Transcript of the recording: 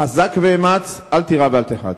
חזק ואמץ, אל תירא ואל תיחת.